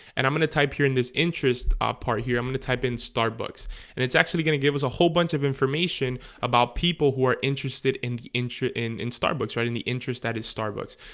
and i'm gonna type here in this interest part here i'm gonna type in starbucks and it's actually gonna give us a whole bunch of information about people who are interested in the entry in in starbucks right in the interest that is starbucks?